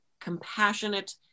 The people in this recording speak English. compassionate